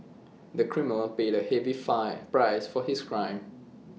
the criminal paid A heavy five price for his crime